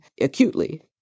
acutely